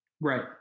Right